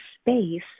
space